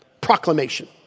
Proclamation